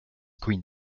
quint